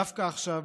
דווקא עכשיו,